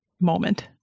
moment